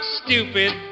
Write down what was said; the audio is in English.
stupid